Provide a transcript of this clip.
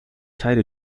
teile